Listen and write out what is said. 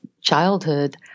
childhood